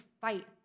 fight